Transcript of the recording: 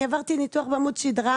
אני עברתי ניתוח בעמוד שדרה